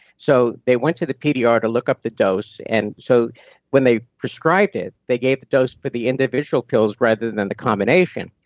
so they went to the pdr to look up the dose, and so when they prescribed it, they gave the dose for the individual pills rather than the combination.